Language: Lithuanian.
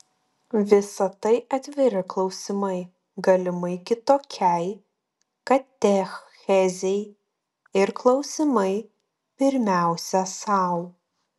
visa tai atviri klausimai galimai kitokiai katechezei ir klausimai pirmiausia sau